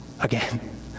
again